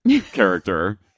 character